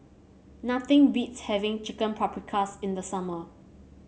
nothing beats having Chicken Paprikas in the summer